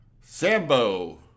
sambo